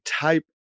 type